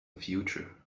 future